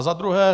Za druhé.